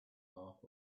half